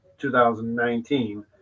2019